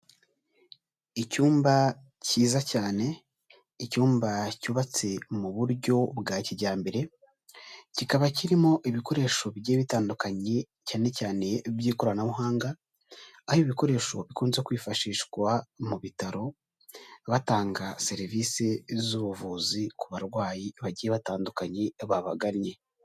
Icyumba cyiza cyane, icyumba cyubatse mu buryo bwa kijyambere, kikaba kirimo ibikoresho bigiye bitandukanye cyane cyane by'ikoranabuhanga, aho ibikoresho bikunze kwifashishwa mu bitaro batanga serivisi z'ubuvuzi ku barwayi bagiye batandukanye babaganye.